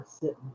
sitting